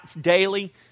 daily